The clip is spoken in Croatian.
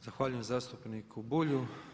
Zahvaljujem zastupniku Bulju.